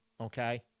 Okay